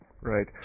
Right